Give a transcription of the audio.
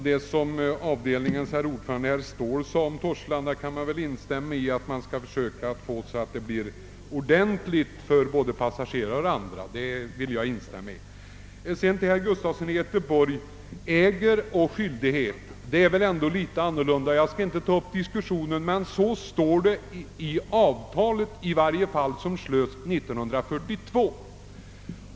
Herr talman! Jag kan instämma i vad avdelningens ordförande herr Ståhl sade om Torslanda. Till herr Gustafson i Göteborg vill jag säga att begreppen »äger» och »har skyldighet» väl ändå har olika betydelse. Jag skall inte ta upp en diskussion, men »äger» står det i varje fall i det avtal som slöts 1942.